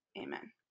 Amen